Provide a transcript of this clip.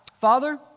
Father